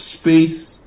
space